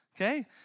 okay